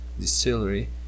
distillery